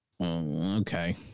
Okay